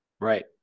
right